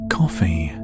coffee